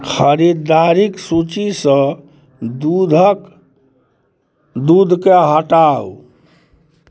खरिदारीके सूचीसँ दूधक दूधके हटाउ